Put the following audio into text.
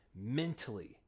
mentally